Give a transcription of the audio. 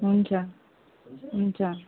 हुन्छ हुन्छ